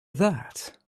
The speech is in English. that